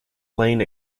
lane